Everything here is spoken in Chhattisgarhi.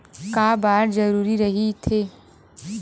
का बार जरूरी रहि थे?